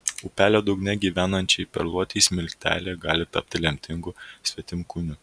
upelio dugne gyvenančiai perluotei smiltelė gali tapti lemtingu svetimkūniu